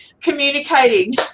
communicating